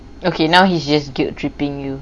okay now he's just guilt tripping you